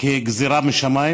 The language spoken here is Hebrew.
כגזרה משמיים?